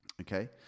okay